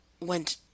went